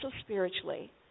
spiritually